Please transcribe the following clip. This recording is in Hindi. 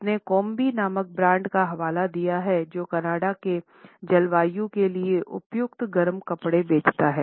उसने कोम्बी नामक ब्रांड का हवाला दिया है जो कनाडा के जलवायु के लिए उपयुक्त गर्म कपड़े बेचता है